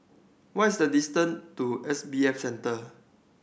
what's the distance to S B F Center